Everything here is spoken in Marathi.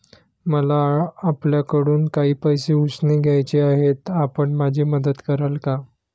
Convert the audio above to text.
मला आपल्याकडून काही पैसे उसने घ्यायचे आहेत, आपण माझी मदत कराल का?